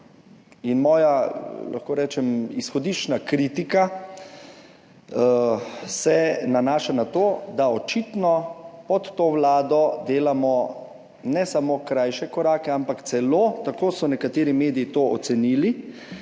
in moja, lahko rečem, izhodiščna kritika se nanaša na to, da očitno pod to Vlado delamo ne samo krajše korake, ampak celo, tako so nekateri mediji to ocenili,